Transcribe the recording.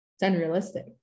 unrealistic